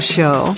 Show